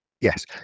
Yes